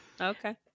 Okay